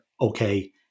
okay